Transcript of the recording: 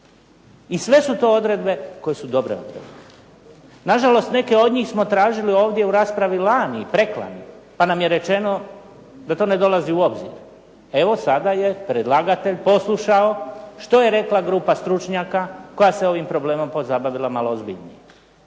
I sve su to odredbe koje su dobre odredbe. Na žalost neke od njih smo tražili ovdje u raspravi lani i preklani, pa nam je rečeno da to ne dolazi u obzir. Evo sada je predlagatelj poslušao što je rekla grupa stručnjaka koja se ovim problemom pozabavila malo ozbiljnije.